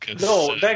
No